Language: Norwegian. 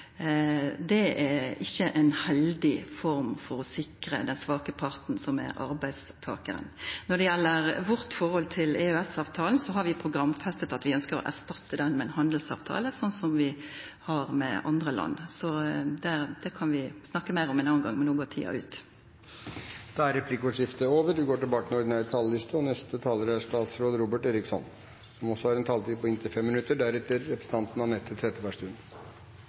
Det er ikkje ei heldig form for å sikra den svake parten, som er arbeidstakaren. Når det gjeld vårt forhold til EØS-avtalen, har vi programfesta at vi ønskjer å erstatta den med ein handelsavtale, som vi har med andre land. Det kan vi snakka meir om ein annan gong, for no går tida ut. Replikkordskiftet er omme. La meg først få lov til å rose representantene som har fremmet forslaget, for å sette en viktig debatt på dagsordenen, en debatt som